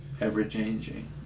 Ever-changing